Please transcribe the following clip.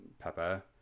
Peppa